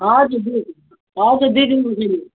हजुर ज्यू हजुर दुई दिनको